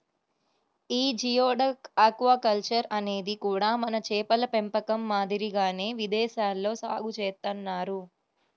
యీ geoduck aquaculture అనేది కూడా మన చేపల పెంపకం మాదిరిగానే విదేశాల్లో సాగు చేత్తన్నారు